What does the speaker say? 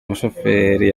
umushoferi